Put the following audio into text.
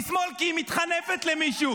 היא שמאל כי היא מתחנפת למישהו.